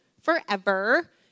forever